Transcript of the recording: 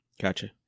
gotcha